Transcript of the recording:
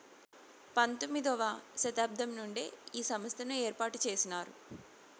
పంతొమ్మిది వ శతాబ్దం నుండే ఈ సంస్థను ఏర్పాటు చేసినారు